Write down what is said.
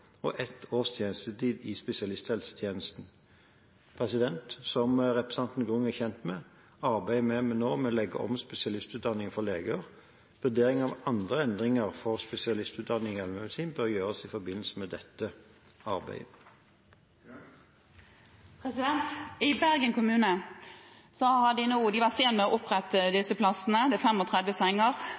og ett års tjenestetid i spesialisthelsetjenesten. Som representanten Grung er kjent med, arbeider vi med å legge om spesialistutdanningen for leger. Vurdering av andre endringer for spesialistutdanningen i allmennmedisin bør gjøres i forbindelse med dette arbeidet. I Bergen kommune har de nå 35 senger, og de var sene med å opprette disse plassene.